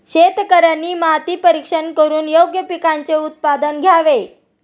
शेतकऱ्यांनी माती परीक्षण करून योग्य पिकांचे उत्पादन घ्यावे